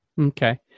Okay